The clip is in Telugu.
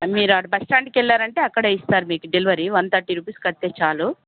మీరు అక్కడ బస్స్టాండ్కి వెళ్ళారంటే అక్కడే ఇస్తారు మీకు డెలివరీ వన్ థర్టీ రూపీస్ కడితే చాలు